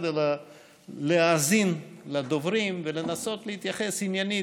אלא להאזין לדוברים ולנסות להתייחס עניינית,